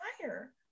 fire